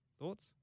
Thoughts